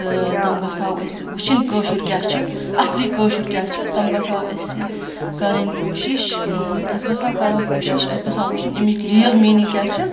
تہٕ تِم گَژھٕ ہو أسۍ وٕچھِنۍ کٲشُر کیاہ چھُ اَصلی کٲشُر کیا چھِ تِم گژھٕ ہَو أسہِ کَرٕنۍ کوٗشِش أسۍ گژھٕ ہَو کَرٕنۍ کوٗشِش أسۍ گژھٕ ہَو وٕچھِنۍ اَمِکۍ رِیَل میٖنِنٛگ کیاہ چھِ